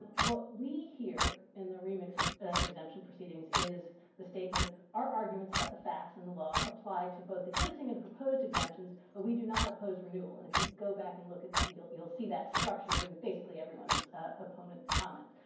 what we hear in the remix exemption proceedings is the statement our arguments about the facts and the law apply to both existing and proposed exemptions, but we do not oppose renewal. and if you go back and look, you'll you'll see that structure in basically everyone's, opponent's comments.